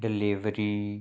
delivery